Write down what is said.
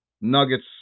Nuggets